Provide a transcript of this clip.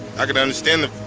i could understand the,